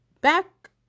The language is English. back